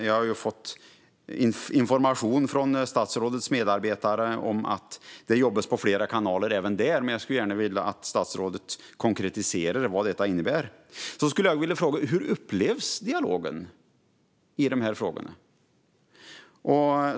Jag har fått information från statsrådets medarbetare att det även här jobbas i flera kanaler, men jag skulle vilja att statsrådet konkretiserar vad detta innebär. Hur upplevs dialogen i dessa frågor?